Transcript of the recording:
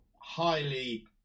highly